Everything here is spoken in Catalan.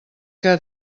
que